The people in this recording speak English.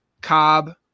Cobb